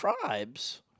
tribes